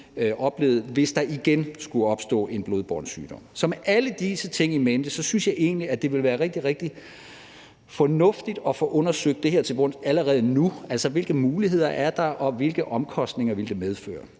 hvis der igen skulle opstå en blodbåren sygdom. Med alle disse ting in mente synes jeg egentlig, at det vil være rigtig, rigtig fornuftigt at få undersøgt det her til bunds allerede nu, altså med hensyn til hvilke muligheder der er, og hvilke omkostninger det vil medføre.